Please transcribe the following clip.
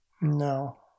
No